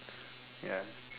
ya